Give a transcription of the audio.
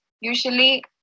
usually